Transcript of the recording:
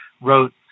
wrote